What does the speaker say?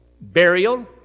burial